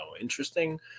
interesting